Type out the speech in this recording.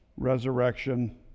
Resurrection